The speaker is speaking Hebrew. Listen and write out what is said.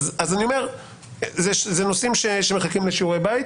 אלו נושאים שמחכים לשיעורי בית.